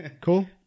cool